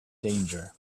danger